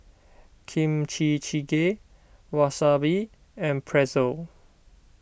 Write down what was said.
Kimchi Jjigae Wasabi and Pretzel